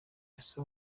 ese